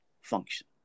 function